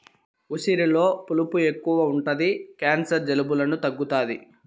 ఉసిరిలో పులుపు ఎక్కువ ఉంటది క్యాన్సర్, జలుబులను తగ్గుతాది